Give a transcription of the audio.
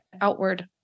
outward